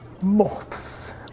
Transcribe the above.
moths